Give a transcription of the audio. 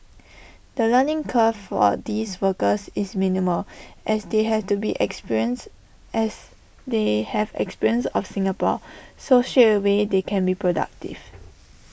the learning curve for these workers is minimal as they have to be experience as they have experience of Singapore so should away they can be productive